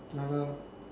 ya lah